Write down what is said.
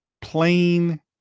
Plain